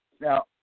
Now